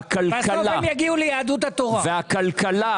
והכלכלה